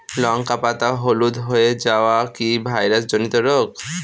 লঙ্কা পাতা হলুদ হয়ে যাওয়া কি ভাইরাস জনিত রোগ?